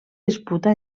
disputa